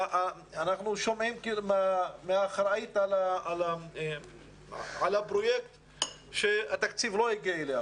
אנחנו שומעים מן האחראית על הפרויקט שהתקציב לא הגיע אליה.